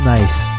Nice